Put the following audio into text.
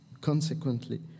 consequently